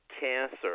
Cancer